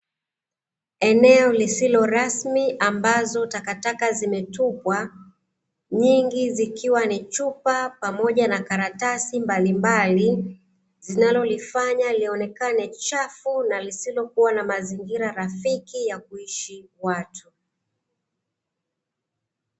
Eneo lisilo rasmi ambazo takataka zimetupwa nyingi zikiwa ni chupa pamoja na karatasi mbalimbali, zinalolifanya lionekane chafu na lisilokuwa na mazingira rafiki ya kuishi watu.